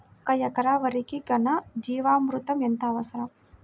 ఒక ఎకరా వరికి ఘన జీవామృతం ఎంత అవసరం?